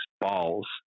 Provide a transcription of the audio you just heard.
balls